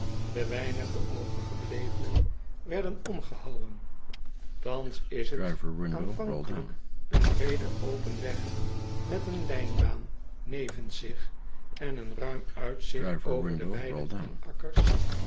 de weinige overgeblevenen werden omgehouwen thans is t aanvankelijk een breede open weg met een lijnbaan nevens zich en een ruim uitzigt over de weiden en akkers